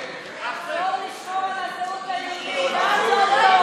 לשמור על הזהות היהודית, כלפון,